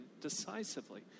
decisively